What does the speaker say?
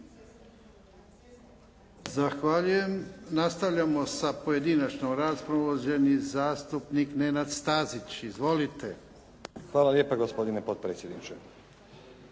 Zahvaljujem. Nastavljamo sa pojedinačnom raspravom. Uvaženi zastupnik Nenad Stazić. Izvolite. **Stazić, Nenad (SDP)** Hvala lijepa gospodine potpredsjedniče.